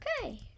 Okay